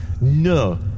No